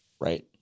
right